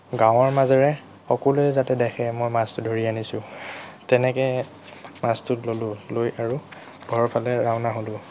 গাঁৱৰ মাজেৰে সকলোৱে যাতে দেখে মই মাছটো ধৰি আনিছোঁ তেনেকৈ মাছটো ল'লোঁ লৈ আৰু ঘৰৰ ফালে ৰাওনা হ'লোঁ